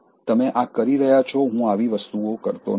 તમે આ કરી રહ્યા છો હું આવી વસ્તુઓ કરતો નથી